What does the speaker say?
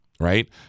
right